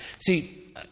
See